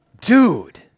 Dude